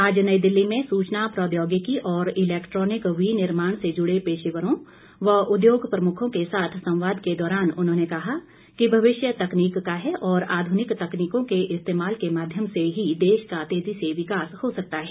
आज नई दिल्ली में सूचना प्रौद्योगिकी और इलैक्ट्रॉनिक विनिर्माण से जुड़े पेशेवरों व उद्योग प्रमुखों के साथ संवाद के दौरान उन्होंने कहा कि भविष्य तकनीक का है और आधुनिक तकनीकों के इस्तेमाल के माध्यम से ही देश का तेज़ी से विकास हो सकता है